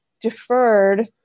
deferred